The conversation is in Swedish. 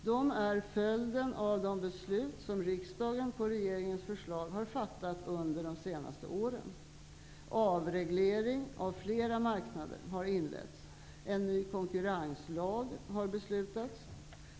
De är följden av de beslut som riksdagen på regeringens förslag har fattat under de senaste åren. Avreglering av flera marknader har inletts. Det har fattats beslut om en ny konkurrenslag.